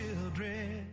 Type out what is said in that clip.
children